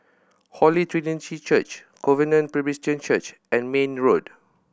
Holy Trinity Church Covenant Presbyterian Church and Mayne Road